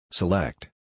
Select